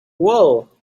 wool